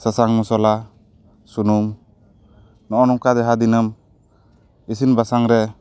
ᱥᱟᱥᱟᱝ ᱢᱚᱥᱞᱟ ᱥᱩᱱᱩᱢ ᱱᱚᱜᱼᱚ ᱱᱚᱝᱠᱟ ᱡᱟᱦᱟᱸ ᱫᱤᱱᱟᱹᱢ ᱤᱥᱤᱱ ᱵᱟᱥᱟᱝ ᱨᱮ